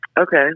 Okay